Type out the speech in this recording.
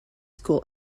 school